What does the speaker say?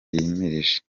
yimirije